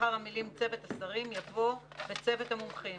לאחר המילים "צוות השרים" יבוא "וצוות המומחים".